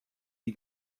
sie